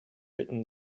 written